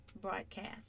broadcast